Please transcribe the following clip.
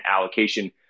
allocation